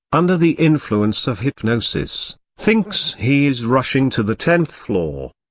under the influence of hypnosis, thinks he is rushing to the tenth floor.